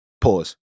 Pause